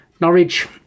Norwich